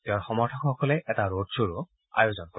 তেওঁৰ সমৰ্থকসকলে এটা ৰড শ্বৰো আয়োজন কৰে